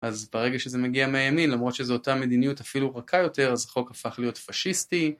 אז ברגע שזה מגיע מהימין למרות שזו אותה מדיניות אפילו רכה יותר אז החוק הפך להיות פשיסטי